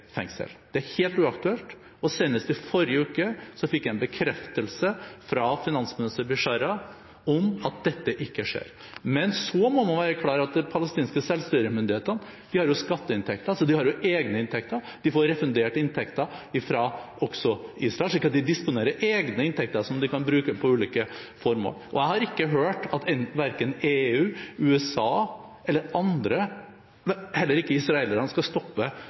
er helt uaktuelt. Senest i forrige uke fikk jeg en bekreftelse fra finansminister Bishara om at dette ikke skjer. Så må man være klar over at de palestinske selvstyremyndighetene har skatteinntekter. De har egne inntekter, de får refundert inntekter også fra Israel, slik at de disponerer egne inntekter som de kan bruke på ulike formål. Jeg har ikke hørt at verken EU, USA eller andre, heller ikke israelerne, skal stoppe